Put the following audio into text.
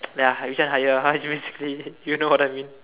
like which one higher how you basically you know what I mean